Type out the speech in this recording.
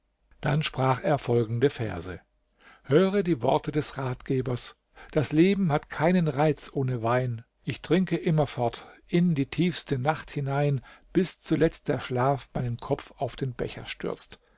dann sprach er folgende verse höre die worte des ratgebers das leben hat keinen reiz ohne wein ich trinke immerfort in die tiefste nacht hinein bis zuletzt der schlaf meinen kopf auf den becher stürzt